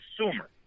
consumer